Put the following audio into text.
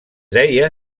deia